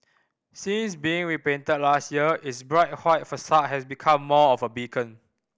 since being repainted last year its bright white facade has become more of a beacon